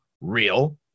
real